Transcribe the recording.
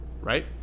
Right